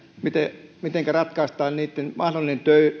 mitenkä ratkaistaan heidän mahdollinen